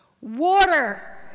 Water